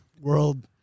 World